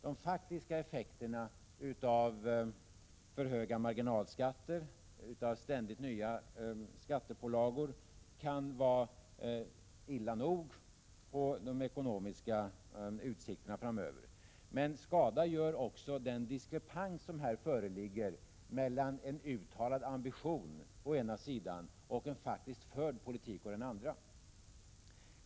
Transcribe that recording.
De faktiska effekterna av för höga marginalskatter och ständigt nya skattepålagor kan vara illa nog för de ekonomiska utsikterna framöver, men skada gör också den diskrepans som här föreligger mellan en uttalad ambition å ena sidan och en faktiskt förd politik å andra sidan.